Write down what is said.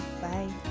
Bye